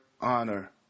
honor